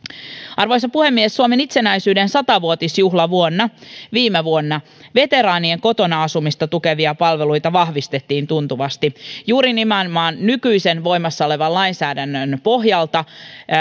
arvoisa puhemies suomen itsenäisyyden sata vuotisjuhlavuonna viime vuonna veteraanien kotona asumista tukevia palveluita vahvistettiin tuntuvasti juuri nimenomaan nykyisen voimassa olevan lainsäädännön pohjalta